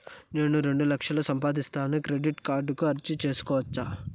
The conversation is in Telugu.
నేను రెండు లక్షలు సంపాదిస్తాను, క్రెడిట్ కార్డుకు అర్జీ సేసుకోవచ్చా?